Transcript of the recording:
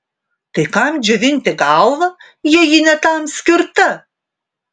tai kam džiovinti galvą jei ji ne tam skirta